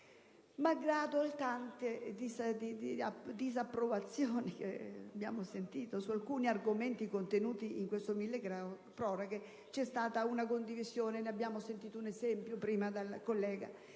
manifestazioni di disapprovazione che abbiamo sentito su alcuni argomenti contenuti in questo mille proroghe, c'è stata una condivisione e ne abbiamo sentito un esempio prima dal collega.